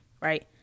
right